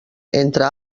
entre